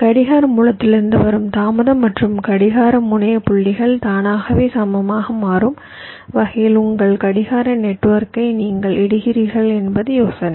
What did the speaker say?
கடிகார மூலத்திலிருந்து வரும் தாமதம் மற்றும் கடிகார முனைய புள்ளிகள் தானாகவே சமமாக மாறும் வகையில் உங்கள் கடிகார நெட்வொர்க்கை நீங்கள் இடுகிறீர்கள் என்பது யோசனை